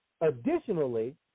Additionally